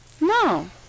No